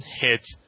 hit